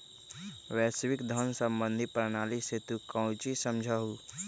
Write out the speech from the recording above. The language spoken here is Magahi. वैश्विक धन सम्बंधी प्रणाली से तू काउची समझा हुँ?